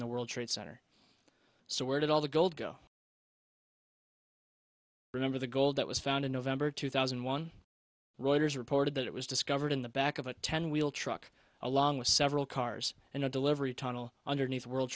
in the world trade center so where did all the gold go remember the gold that was found in november two thousand and one reuters reported that it was discovered in the back of a ten wheel truck along with several cars and a delivery tunnel underneath the world